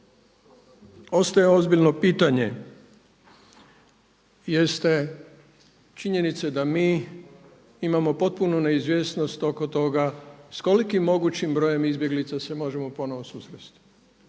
što ozbiljno pitanje jeste činjenica da mi imamo potpunu neizvjesnost oko toga s kolikim brojem izbjeglica se možemo ponovo susresti,